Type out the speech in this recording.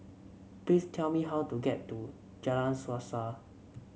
please tell me how to get to Jalan Suasa